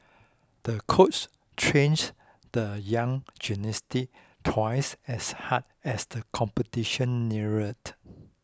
the coach trained the young gymnastic twice as hard as the competition neared